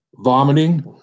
vomiting